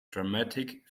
dramatic